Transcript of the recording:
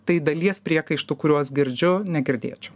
tai dalies priekaištų kuriuos girdžiu negirdėčiau